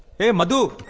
hey madhu.